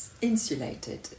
insulated